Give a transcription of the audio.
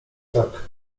tak